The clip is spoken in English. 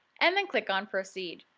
and then click on proceed.